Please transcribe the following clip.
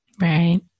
Right